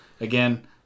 Again